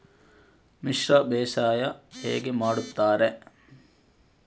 ಮಿಶ್ರ ಬೇಸಾಯ ಹೇಗೆ ಮಾಡುತ್ತಾರೆ?